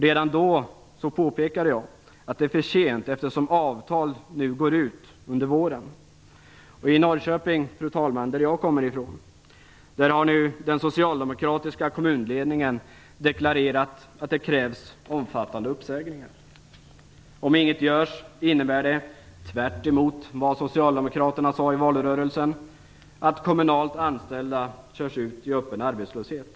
Redan då påpekade jag att det är för sent, eftersom avtal går ut under våren. Fru talman! I Norrköping, som jag kommer ifrån, har den socialdemokratiska kommunledningen nu deklarerat att det krävs omfattande uppsägningar. Om inget görs innebär det tvärtemot vad Socialdemokraterna sade i valrörelsen att kommunalt anställda körs ut i öppen arbetslöshet.